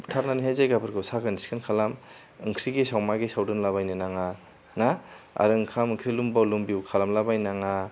बुथारनानैहाय जायगाफोरखौ साखोन सिखोन खालाम ओंख्रि गेसाव मा गेसाव दोनला बायनो नाङा ना आरो ओंखाम ओंख्रि लुमबाव लुमबिव खालामला बायनाङा